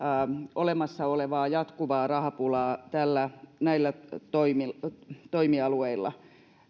olemassa olevaa jatkuvaa rahapulaa näillä toimialueilla